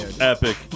Epic